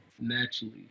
naturally